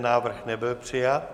Návrh nebyl přijat.